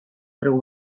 preu